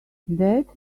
that